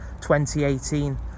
2018